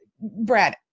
Brad